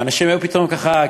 ואנשים היו פתאום ככה,